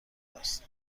است